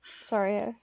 Sorry